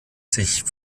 sich